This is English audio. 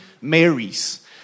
Marys